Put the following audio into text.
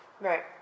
Right